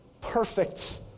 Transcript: perfect